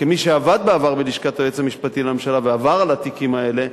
כמי שעבד בעבר בלשכת היועץ המשפטי לממשלה ועבר על התיקים האלה,